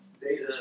data